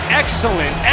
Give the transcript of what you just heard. excellent